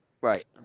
Right